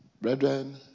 Brethren